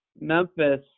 Memphis